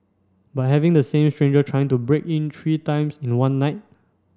but having the same stranger trying to break in three times in one night